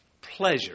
pleasure